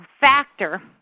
factor